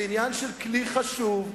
זה עניין של כלי חשוב,